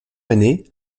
année